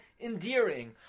endearing